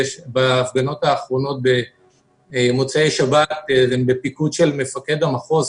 בהפגנות האחרונות במוצאי השבת זה היה בפיקוד של מפקד המחוז,